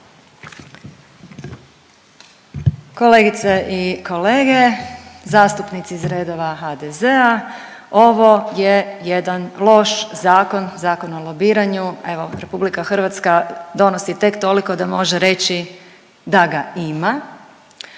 Kolegice i kolege, zastupnici iz redova HDZ-a, ovo je jedan loš zakon, Zakon o lobiranju. Evo RH donosi tek toliko da može reći da ga ima,